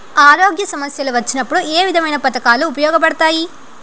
ఆరోగ్య సమస్యలు వచ్చినప్పుడు ఏ విధమైన పథకాలు ఉపయోగపడతాయి